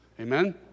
Amen